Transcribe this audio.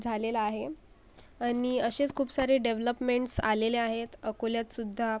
झालेला आहे आणि असेच खूप सारे डेव्हलपमेंट्स आलेले आहेत अकोल्यातसुद्धा